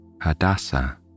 Hadassah